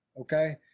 okay